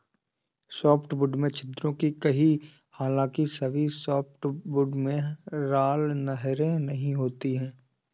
softwood में छिद्रों की कमी हालांकि सभी सॉफ्टवुड में राल नहरें नहीं होती है